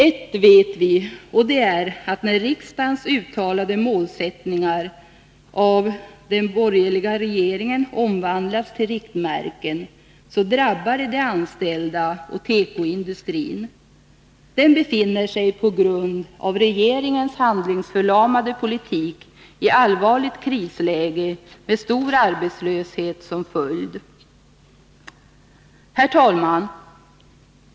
Ett vet vi, och det är att när riksdagens uttalade målsättningar av den Nr 145 borgerliga regeringen omvandlas till riktmärken, så drabbar det de anställda Onsdagen den och tekoindustrin. Den befinner sig på grund av regeringens handlingsför 12 maj 1982 lamade politik i allvarligt krisläge, med stor arbetslöshet som följd.